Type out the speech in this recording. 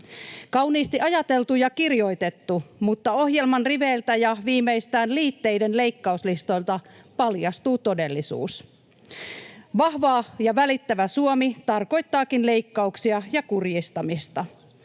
Kauniisti ajateltu ja kirjoitettu, mutta ohjelman riveiltä ja viimeistään liitteiden leikkauslistoilta paljastuu todellisuus. Vahva ja välittävä Suomi tarkoittaakin leikkauksia ja kurjistamista.